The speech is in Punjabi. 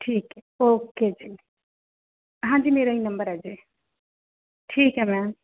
ਠੀਕ ਹੈ ਓ ਕੇ ਜੀ ਹਾਂਜੀ ਮੇਰਾ ਹੀ ਨੰਬਰ ਹੈ ਜੀ ਠੀਕ ਹੈ ਮੈਮ